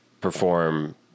perform